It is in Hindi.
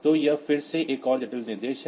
तो यह फिर से एक और जटिल निर्देश है